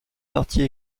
partie